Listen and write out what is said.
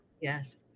yes